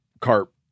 carp